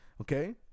Okay